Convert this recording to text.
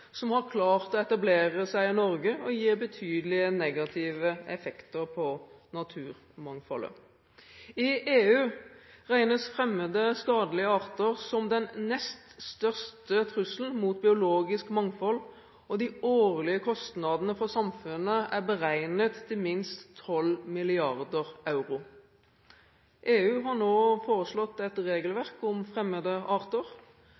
som har klart å etablere seg i Norge, og gir betydelige negative effekter på naturmangfoldet. I EU regnes fremmede skadelige arter som den nest største trusselen mot biologisk mangfold, og de årlige kostnadene for samfunnet er beregnet til minst 12 mrd. euro. EU har nå foreslått et regelverk om fremmede arter,